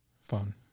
fun